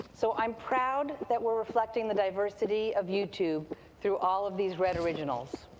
so i'm proud that we're reflecting the diversity of youtube through all of these red originals.